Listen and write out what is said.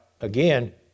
again